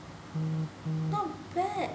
not bad